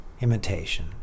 imitation